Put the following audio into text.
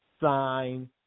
sign